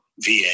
VA